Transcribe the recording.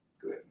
Good